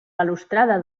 balustrada